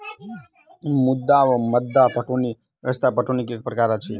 मद्दु वा मद्दा पटौनी व्यवस्था पटौनीक एक प्रकार अछि